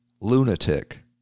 lunatic